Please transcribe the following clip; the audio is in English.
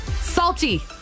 salty